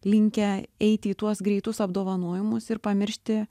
linkę eiti į tuos greitus apdovanojimus ir pamiršti